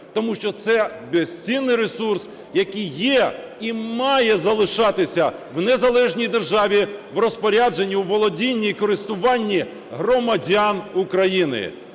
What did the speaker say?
Тому що це безцінний ресурс, який є і має залишатися в незалежній державі в розпорядженні, у володінні і користуванні громадян України.